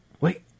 wait